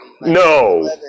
No